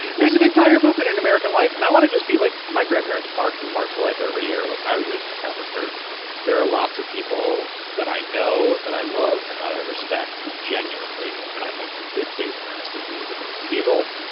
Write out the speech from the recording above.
there's an entire movement in american life, and i want to just be like. my grandparents marched in the march for life every year, like i was raised in the catholic church there are lots of people that i know, that i love, and that i respect who genuinely, and i think in good faith earnestly believe abortion's evil.